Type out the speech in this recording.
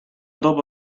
dopo